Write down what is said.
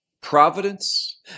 providence